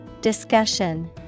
Discussion